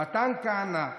מתן כהנא,